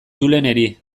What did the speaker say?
juleneri